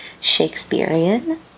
shakespearean